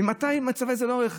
ממתי צבא זה ערך?